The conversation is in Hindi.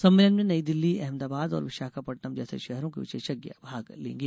सम्मेलन में नई दिल्ली अहमदाबाद और विशाखापट्टनम जैसे शहरों के विशेषज्ञ भाग लेंगे